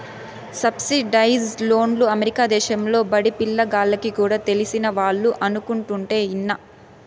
subsidised లోన్లు America దేశంలో బడిపిల్ల గాల్లకి కూడా తెలిసినవాళ్లు అనుకుంటుంటే ఇన్నా